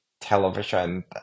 television